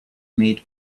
made